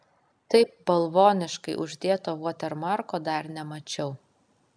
taip balvoniškai uždėto vatermarko dar nemačiau